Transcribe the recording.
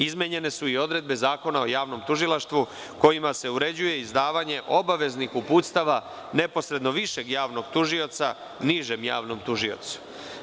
Izmenjene su odredbe Zakona o javnom tužilaštvu kojima se uređuje izdavanje obaveznih uputstava neposredno višeg javnog tužioca nižem javnom tužiocu.